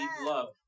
love